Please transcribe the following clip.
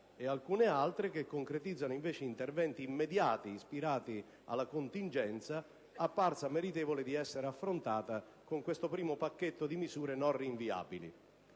e alcune altre che concretizzano invece interventi immediati ispirati alla contingenza, apparsa meritevole di essere affrontata con questo primo pacchetto di misure non rinviabili.